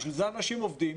לכן אנשים עובדים,